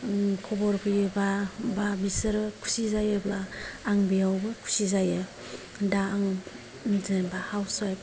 खबर फैयोबा बा बिसोरो खुसि जायोब्ला आं बेयावबो खुसि जायो दा आं जेनबा हाउस वाइफ